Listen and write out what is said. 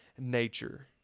nature